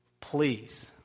please